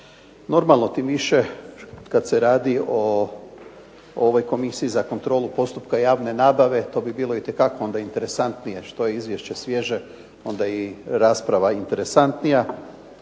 Normalno, tim više kad se radi o ovoj Komisiji za kontrolu postupka javne nabave to bi bilo onda itekako interesantnije, što je izvješće svježe onda je i rasprava interesantnija